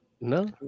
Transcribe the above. No